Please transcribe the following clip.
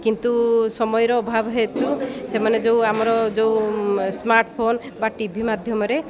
କିନ୍ତୁ ସମୟର ଅଭାବ ହେତୁ ସେମାନେ ଯେଉଁ ଆମର ଯୋଉ ସ୍ମାର୍ଟଫୋନ ବା ଟିଭି ମାଧ୍ୟମରେ